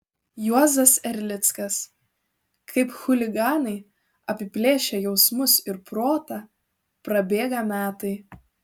juozas erlickas kaip chuliganai apiplėšę jausmus ir protą prabėga metai